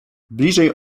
bliżej